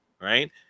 right